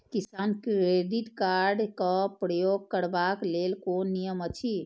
किसान credit card क प्रयोग करबाक लेल कोन नियम अछि?